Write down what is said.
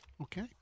Okay